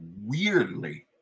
weirdly